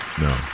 No